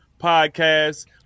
podcast